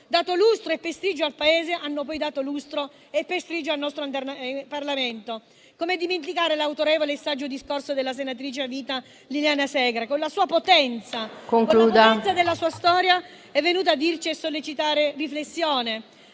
dato lustro e prestigio al Paese hanno poi dato lustro e prestigio al nostro Parlamento. Come dimenticare l'autorevole saggio discorso della senatrice a vita Liliana Segre che, con la potenza della sua storia, è venuta a dirci e a sollecitare riflessione,